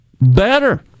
better